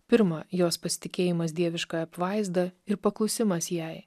pirma jos pasitikėjimas dieviška apvaizda ir paklusimas jai